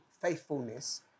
faithfulness